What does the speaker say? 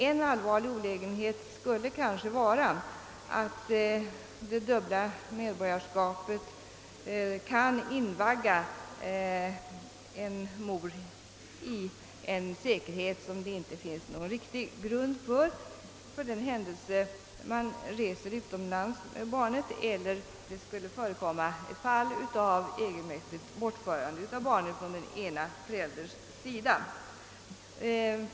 En allvarlig olägenhet skulle kanske vara att det dubbla medborgarskapet kan invagga en mor i en säkerhet som det inte finns någon riktig grund för, för den händelse man reser utomlands med barnet eller det förekommer ett fall av egenmäktigt bortförande av barnet från den ena förälderns sida.